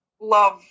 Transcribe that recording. love